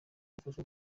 yafashwe